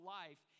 life